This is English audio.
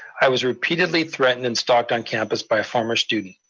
i was repeatedly threatened and stalked on campus by a former student.